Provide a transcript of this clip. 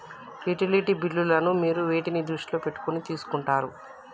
Utility బిల్లులను మీరు వేటిని దృష్టిలో పెట్టుకొని తీసుకుంటారు?